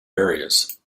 areas